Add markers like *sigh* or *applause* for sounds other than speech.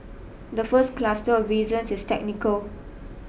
the first cluster of reasons is technical *noise*